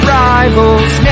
rivals